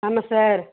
ஆமாம் சார்